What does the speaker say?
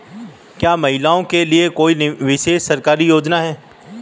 क्या महिलाओं के लिए कोई विशेष सरकारी योजना है?